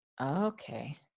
Okay